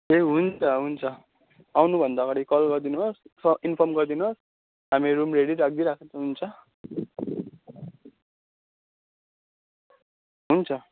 ए हुन्छ हुन्छ आउनुभन्दा अगाडि कल गरिदिनुहोस् स इन्फर्म गरिदिनुहोस् हामी रुम रेडी राखिदिई राखेको हुन्छ हुन्छ